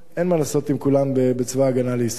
אין מה לעשות עם כולם בצבא-הגנה לישראל.